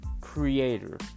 creator